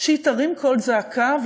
שהיא תרים קול זעקה?